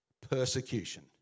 persecution